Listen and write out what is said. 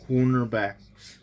Cornerbacks